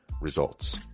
Results